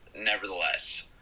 nevertheless